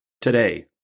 today